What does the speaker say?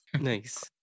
Nice